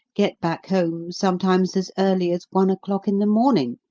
get back home sometimes as early as one o'clock in the morning,